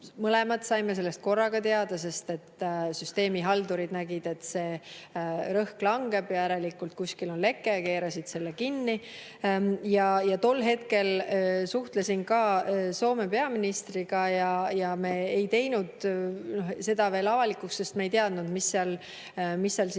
mõlemad saime korraga teada, sest süsteemihaldurid nägid, et rõhk langeb – järelikult kuskil on leke –, ja keerasid selle kinni. Tol hetkel suhtlesin ka Soome peaministriga ja me ei teinud seda veel avalikuks, sest me ei teadnud, mis seal